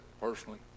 personally